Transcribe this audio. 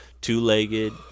two-legged